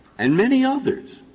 and many others,